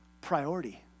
Priority